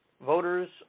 Voters